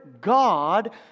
God